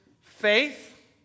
faith